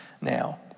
now